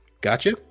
gotcha